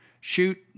shoot